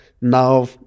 now